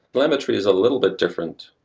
telemetry is a little bit different.